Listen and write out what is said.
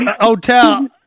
Hotel